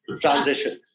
Transition